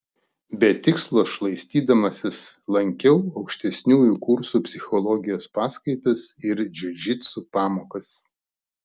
be tikslo šlaistydamasis lankiau aukštesniųjų kursų psichologijos paskaitas ir džiudžitsu pamokas